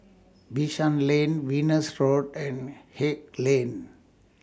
Bishan Lane Venus Road and Haig Lane